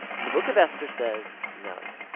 and the book of esther says, no.